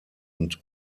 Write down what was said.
und